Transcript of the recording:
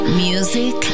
Music